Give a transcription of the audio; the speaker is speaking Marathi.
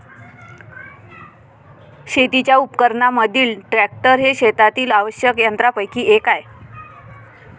शेतीच्या उपकरणांमधील ट्रॅक्टर हे शेतातील आवश्यक यंत्रांपैकी एक आहे